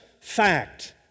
fact